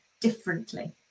differently